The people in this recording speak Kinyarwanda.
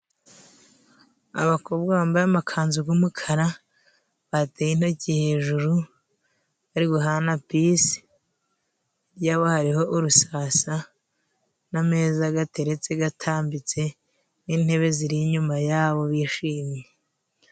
Abakobwa bambaye amakanzu g'umukara , bateye intoki hejuru, bari guhana pisi, hirya yabo hariho urusasa n'ameza gateretse gatambitse n'intebe ziri inyuma yabo bishimye.